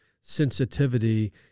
sensitivity